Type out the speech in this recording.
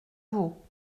vaut